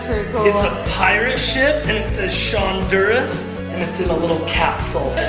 it's a pirate ship and it says shonduras and it's in a little capsule.